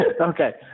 Okay